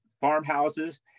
farmhouses